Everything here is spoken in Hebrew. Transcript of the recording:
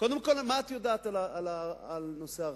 קודם כול, מה את יודעת על נושא ההרחקה?